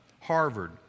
Harvard